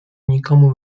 nikomu